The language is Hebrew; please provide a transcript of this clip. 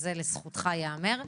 זה לזכותך ייאמר.